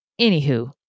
Anywho